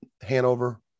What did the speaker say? Hanover